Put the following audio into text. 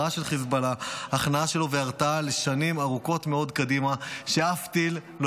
חיזבאללה יישאר עדיין קרוב לגבול ויוכל להמשיך להתעצם עם טילים,